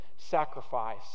sacrifice